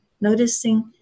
noticing